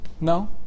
No